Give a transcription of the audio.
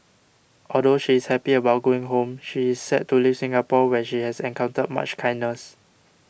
although she is happy about going home she is sad to leave Singapore where she has encountered much kindness